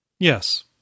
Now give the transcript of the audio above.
Yes